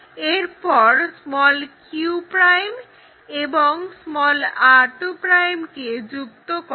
এরপর q' এবং r2' কে যুক্ত করো